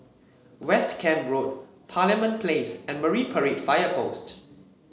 West Camp Road Parliament Place and Marine Parade Fire Post